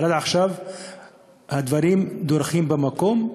אבל עכשיו הדברים דורכים במקום.